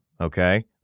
okay